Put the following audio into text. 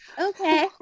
Okay